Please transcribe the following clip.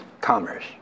commerce